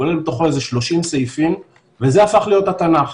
כולל בתוכו 30 סעיפים וזה הפך להיות התנ"ך.